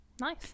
Nice